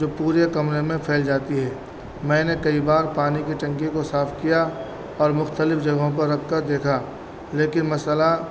جو پورے کمرے میں پھیل جاتی ہے میں نے کئی بار پانی کی ٹنکی کو صاف کیا اور مختلف جگہوں پر رکھ کر دیکھا لیکن مسئلہ